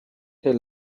heel